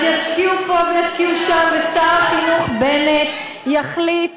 אז ישקיעו פה וישקיעו שם, ושר החינוך בנט יחליט